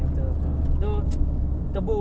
sticker pun bukan from german uh